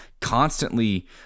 constantly